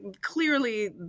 clearly